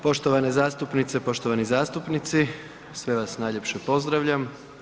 Poštovane zastupnice, poštovani zastupnici, sve vas najljepše pozdravljam.